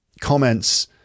comments